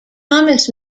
thomas